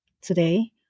Today